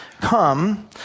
Come